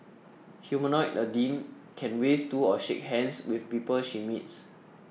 humanoid Nadine can wave to or shake hands with the people she meets